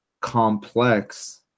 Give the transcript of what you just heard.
complex